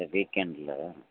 வீக்கெண்ட்ல